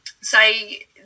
say